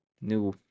new